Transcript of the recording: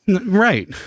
Right